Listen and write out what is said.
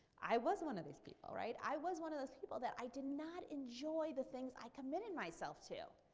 i was one of these people, right? i was one of those people that i did not enjoy the things i committed myself to.